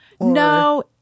No